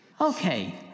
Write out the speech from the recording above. Okay